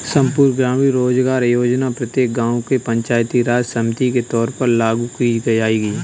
संपूर्ण ग्रामीण रोजगार योजना प्रत्येक गांव के पंचायती राज समिति के तौर पर लागू की जाएगी